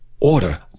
order